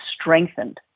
strengthened